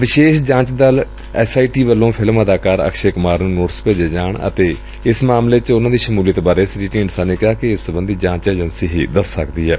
ਵਿਸ਼ੇਸ਼ ਜਾਂਚ ਦਲ ਐਸ ਆਈ ਟੀ ਵੱਲੋਂ ਫਿਲਮ ਅਦਾਕਾਰ ਅਕਸ਼ੈ ਕੁਮਾਰ ਨੂੰ ਨੋਟਿਸ ਭੇਜੇ ਜਾਣ ਅਤੇ ਇਸ ਮਾਮਲੇ ਚ ਉਨੂਾ ਦੀ ਸ਼ਮੂਲੀਅਤ ਬਾਰੇ ਸ੍ਰੀ ਢੀਂਡਸਾ ਨੇ ਕਿਹਾ ਕਿ ਇਸ ਸਬੰਧੀ ਜਾਂਚ ਏਜੰਸੀ ਹੀ ਦੱਸ ਸਕਦੀ ਏ